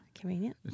Convenient